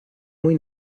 muy